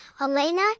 Elena